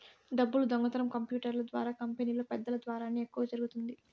డబ్బులు దొంగతనం కంప్యూటర్ల ద్వారా కంపెనీలో పెద్దల ద్వారానే ఎక్కువ జరుగుతుంది